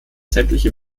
sämtliche